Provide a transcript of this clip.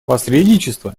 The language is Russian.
посредничество